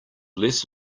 less